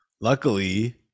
Luckily